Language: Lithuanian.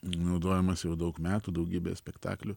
naudojamas jau daug metų daugybėje spektaklių